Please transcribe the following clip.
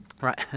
Right